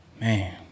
Man